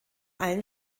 allen